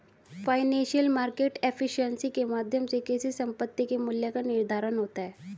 financial market efficiency के माध्यम से किसी संपत्ति के मूल्य का निर्धारण होता है